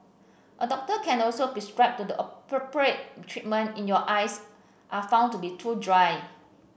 a doctor can also prescribe the appropriate treatment in your eyes are found to be too dry